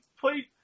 Please